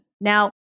Now